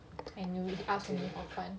I knew it he ask only for fun